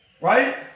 right